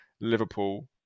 Liverpool